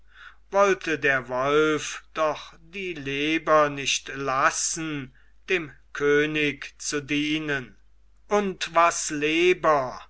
wollte der wolf doch die leber nicht lassen dem könig zu dienen und was leber